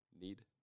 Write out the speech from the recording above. need